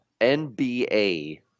NBA